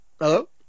Hello